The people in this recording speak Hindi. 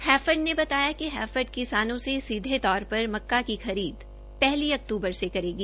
हैफेड ने बताया कि हैफेड किसानों से सीधे तौर पर मक्का की खरीद एक अक्तूबर से करेगी